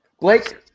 Blake